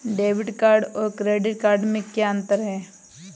Debit और credit में क्या अंतर है?